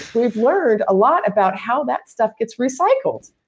we've learned a lot about how that stuff gets recycled.